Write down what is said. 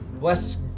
Less